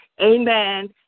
Amen